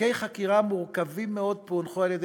תיקי חקירה מורכבים מאוד פוענחו על-ידי